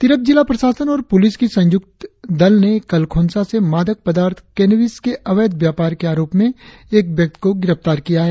तिरप जिला प्रशासन और पुलिस की संयुक्त दल ने कल खोंसा से मादक पदार्थ केनबिस के अवैध व्यापार के आरोप में एक व्यक्ति को गिरफ्तार किया है